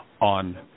on